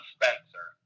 Spencer